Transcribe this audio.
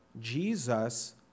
Jesus